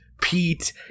Pete